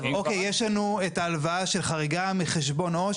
יש לנו את ההלוואה של חריגה מחשבון עו"ש',